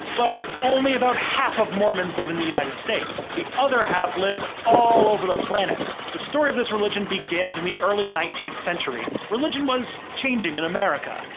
but only about half of mormons live in the united states. the other half live all over the planet. the story of this religion begins in the early nineteenth century. religion was changing in america.